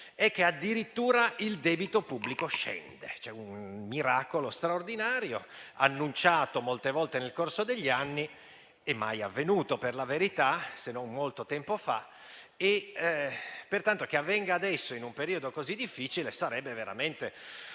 è che addirittura il debito pubblico scende: un miracolo straordinario, annunciato molte volte nel corso degli anni e mai avvenuto, per la verità, se non molto tempo fa. Pertanto, che avvenga adesso in un periodo così difficile sarebbe veramente